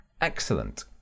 excellent